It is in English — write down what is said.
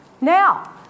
Now